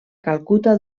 calcuta